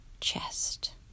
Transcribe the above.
chest